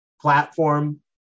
platform